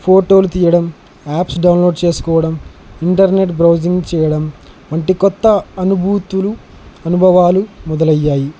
ఫోటోలు తీయడం apps download చేసుకోవడం ఇంటర్నెట్ బ్రౌజింగ్ చేయడం వంటి కొత్త అనుభూతులు అనుభవాలు మొదలయ్యాయి